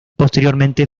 posteriormente